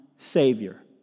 Savior